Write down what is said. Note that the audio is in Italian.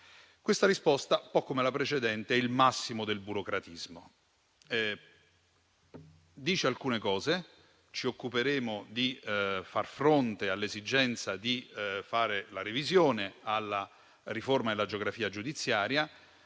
Questa risposta, un po' come la precedente, è il massimo del burocratismo e dice, fra le altre cose, che ci si occuperà di far fronte all'esigenza di fare la revisione alla riforma della geografia giudiziaria,